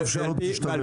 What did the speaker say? יותר טוב שלא תשתווה.